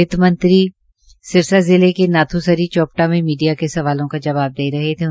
वितमंत्री सिरसा जिले के नाथूसरी चौपटा में मीडिया के सवालों का जवाब दे रहे थे